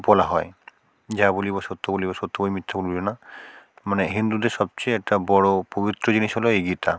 বলা হয় যা বলিবো সত্য বলিবো সত্য বই মিথ্যা বলিবো না মানে হিন্দুদের সবচেয়ে একটা বড়ো পবিত্র জিনিস হলো এই গীতা